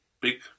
big